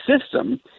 system